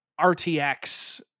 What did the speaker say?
rtx